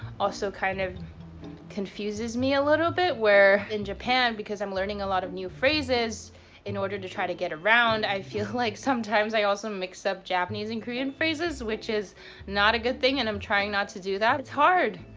also kind of confuses me a little bit, where, in japan, because i'm learning a lot of new phrases in order to try to get around. i feel like sometimes i also mix up japanese and korean phrases which is not a good thing and i'm trying not to do that, it's hard.